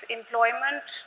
employment